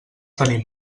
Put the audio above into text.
tenir